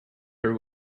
her